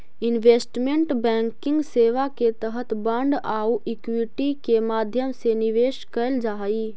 investment banking सेवा के तहत बांड आउ इक्विटी के माध्यम से निवेश कैल जा हइ